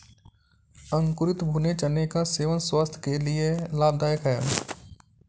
अंकुरित भूरे चने का सेवन स्वास्थय के लिए लाभदायक है